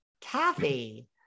Kathy